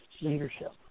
leadership